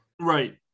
Right